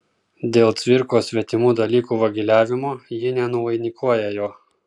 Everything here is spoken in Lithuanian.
dėl cvirkos svetimų dalykų vagiliavimo ji nenuvainikuoja jo